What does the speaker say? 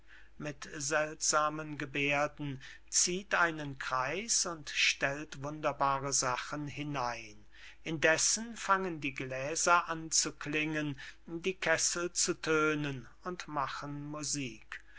mit seltsamen geberden zieht einen kreis und stellt wunderbare sachen hinein indessen fangen die gläser an zu klingen die kessel zu tönen und machen musik